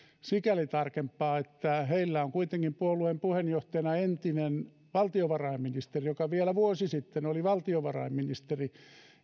sikäli tarkempaa että heillä on kuitenkin puolueen puheenjohtajana entinen valtiovarainministeri joka vielä vuosi sitten oli valtiovarainministeri